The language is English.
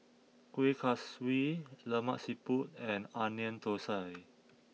Kueh Kaswi Lemak Siput and Onion Thosai